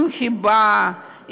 עם חיבה,